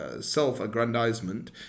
self-aggrandizement